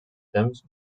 temps